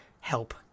help